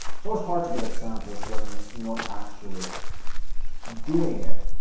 so it's hard to give examples when you're not actually doing it.